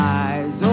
eyes